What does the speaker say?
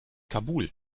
kabul